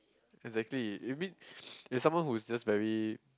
exactly you mean there's someone who's just very